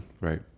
Right